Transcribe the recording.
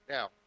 Now